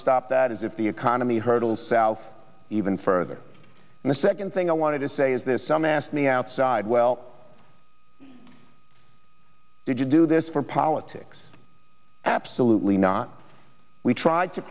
stop that is if the economy hurdles south even further and the second thing i wanted to say is this some ask me outside well did you do this for power ticks absolutely not we tried to